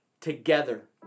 together